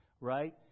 right